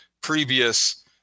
previous